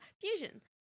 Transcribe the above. Fusion